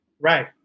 right